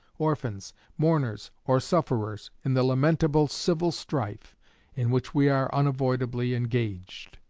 orphans, mourners, or sufferers in the lamentable civil strife in which we are unavoidably engaged,